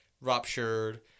ruptured